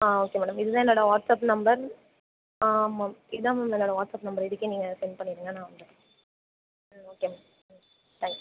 ஆ okay madam இது தான் என்னோடய வாட்ஸ்அப் நம்பர் ஆமாம் இதான் மேம் என்னோடய வாட்ஸ்அப் நம்பரு இதுக்கே நீங்கள் செண்ட் பண்ணிடுங்கள் நான் ம் ஓகே மேம் ம் தேங்க் யூ